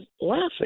laughing